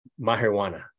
marijuana